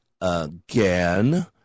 again